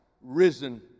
risen